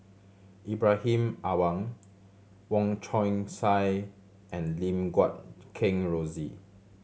Ibrahim Awang Wong Chong Sai and Lim Guat Kheng Rosie